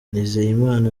nizeyimana